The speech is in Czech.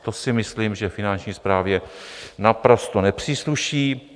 To si myslím, že Finanční správě naprosto nepřísluší.